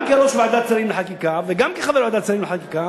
גם כראש ועדת שרים לחקיקה וגם כחבר ועדת שרים לחקיקה,